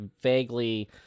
vaguely